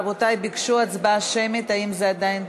רבותי, ביקשו הצבעה שמית, האם זה עדיין,